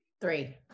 three